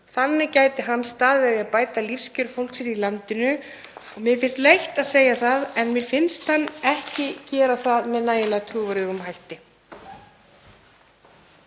Þannig gæti hann staðið að því að bæta lífskjör fólksins í landinu. Mér finnst leitt að segja það en mér þykir hann ekki gera það með nægilega trúverðugum hætti.